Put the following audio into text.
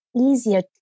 easier